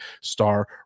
star